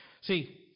See